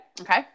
Okay